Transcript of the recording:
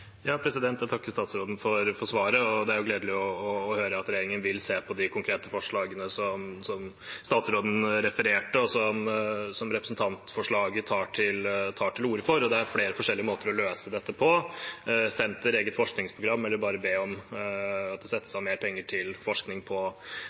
Jeg takker statsråden for svaret. Det er gledelig å høre at regjeringen vil se på de konkrete forslagene som statsråden refererte, og som representantforslaget tar til orde for, og det er flere forskjellige måter å løse dette på: et senter, et eget forskningsprogram, eller bare å be om at det settes